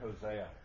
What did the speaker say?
Hosea